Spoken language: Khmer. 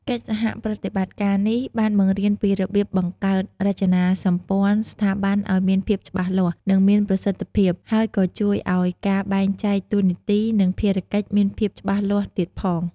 កិច្ចសហប្រតិបត្តិការនេះ បានបង្រៀនពីរបៀបបង្កើតរចនាសម្ព័ន្ធស្ថាប័នឲ្យមានភាពច្បាស់លាស់ និងមានប្រសិទ្ធភាព ហើយក៏ជួយឲ្យការបែងចែកតួនាទី និងភារកិច្ចមានភាពច្បាស់លាស់ទៀតផង។